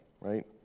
right